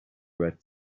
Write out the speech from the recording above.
red